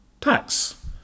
tax